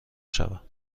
شوم